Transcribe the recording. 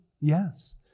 Yes